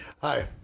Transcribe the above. Hi